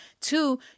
Two